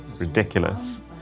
ridiculous